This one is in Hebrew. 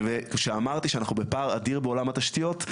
וכשאמרתי שאנחנו בפער אדיר בעולם התשתיות,